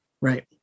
Right